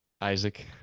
Isaac